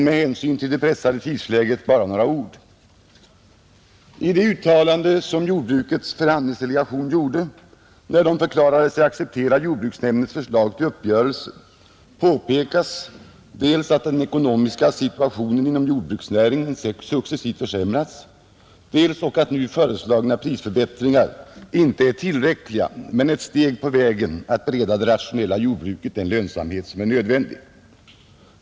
Med hänsyn till det pressade tidsschemat skall jag emellertid bara säga några få ord. I det uttalande som gjordes av jordbrukets förhandlingsdelegation, när man förklarade sig acceptera jordbruksnämndens förslag till uppgörelse, påpekas dels att den ekonomiska situationen inom jordbruksnäringen successivt försämrats, dels ock att nu föreslagna prisförbättringar inte är tillräckliga men ett steg på vägen att bereda det rationella jordbruket den lönsamhet som är nödvändig.